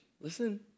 listen